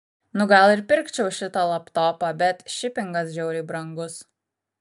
nu gal ir pirkčiau šitą laptopą bet šipingas žiauriai brangus